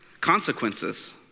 consequences